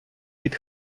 під